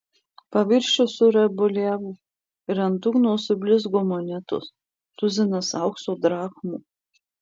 paviršius suraibuliavo ir ant dugno sublizgo monetos tuzinas aukso drachmų